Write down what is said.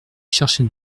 chercher